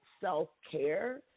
self-care